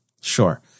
sure